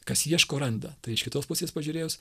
kas ieško randa tai iš kitos pusės pažiūrėjus